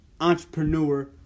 entrepreneur